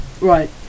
right